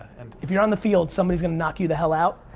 and if you're on the field, somebody's gonna knock you the hell out.